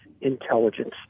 intelligence